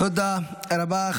תודה רבה.